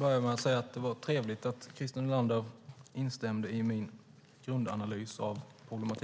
Herr talman! Det var trevligt att Christer Nylander instämde i min grundanalys av problemet.